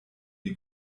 die